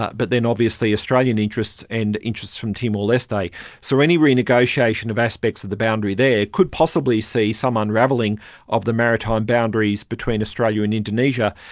but but then obviously australian interests and interests from timor-leste. so any renegotiation of aspects of the boundary there could possibly see some unravelling of the maritime boundaries between australia and indonesia.